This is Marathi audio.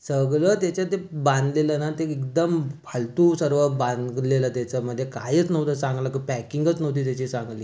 सगळं त्याच्यात ते बांधलेलं ना ते एकदम फालतू सर्व बांधलेलं त्याच्यामध्ये काहीच नव्हतं चांगलं पॅकिंगच नव्हती त्याची चांगली